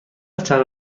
چند